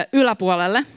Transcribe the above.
yläpuolelle